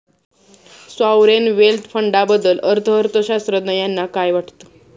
Sovereign wealth फंडाबद्दल अर्थअर्थशास्त्रज्ञ यांना काय वाटतं?